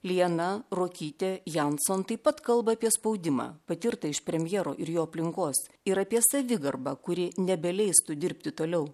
liana ruokytė jonson taip pat kalba apie spaudimą patirtą iš premjero ir jo aplinkos ir apie savigarbą kuri nebeleistų dirbti toliau